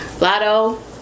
Lotto